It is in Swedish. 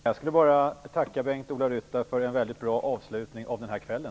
Herr talman! Jag skulle bara tacka Bengt-Ola Ryttar för en väldigt bra avslutning av kvällen.